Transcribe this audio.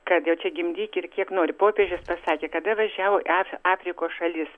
kad jau čia gimdyk ir kiek nori popiežius pasakė kada važiavo į af afrikos šalis